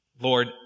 Lord